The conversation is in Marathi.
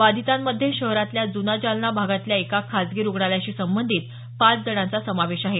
बाधितांमध्ये शहरातल्या जुना जालना भागातल्या एका खाजगी रुग्णालयाशी संबंधित पाच जणांचा समावेश आहे